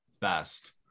best